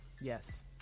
Yes